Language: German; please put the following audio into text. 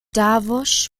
davos